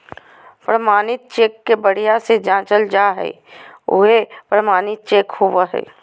प्रमाणित चेक के बढ़िया से जाँचल जा हइ उहे प्रमाणित चेक होबो हइ